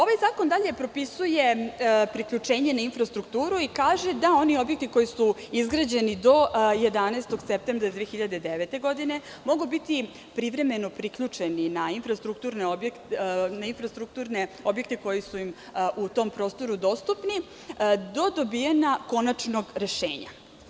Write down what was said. Ovaj zakon dalje propisuje priključenje na infrastrukturu i kaže da oni objekti koji su izgrađeni do 11. septembra 2009. godine mogu biti privremeno priključeni na infrastrukturne objekte koji su im u tom prostoru dostupni do dobijanja konačnog rešenja.